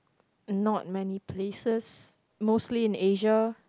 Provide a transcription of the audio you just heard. not many places mostly in Asia